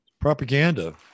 Propaganda